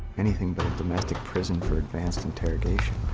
anything but a domestic prison for advanced interrogation.